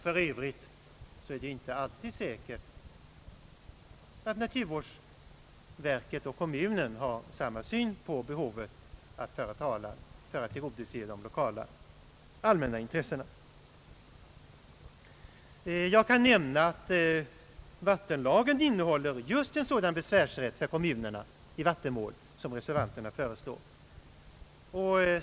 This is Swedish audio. För övrigt är det inte alls säkert att naturvårdsverket och kommunen har samma syn på behovet av att föra talan för att tillgodose de lokala allmänna intressena. Jag kan nämna att vattenlagen innehåller just en sådan besvärsrätt för kommunerna i vattenmål som reservanterna föreslår.